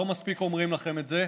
לא מספיק אומרים לכם את זה.